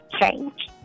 change